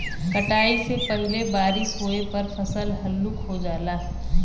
कटाई से पहिले बारिस होये पर फसल हल्लुक हो जाला